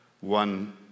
one